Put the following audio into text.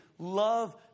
love